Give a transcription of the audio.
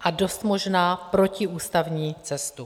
a dost možná protiústavní cestu.